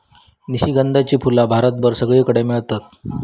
निशिगंधाची फुला भारतभर सगळीकडे मेळतत